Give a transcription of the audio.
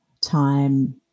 time